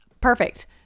Perfect